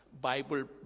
Bible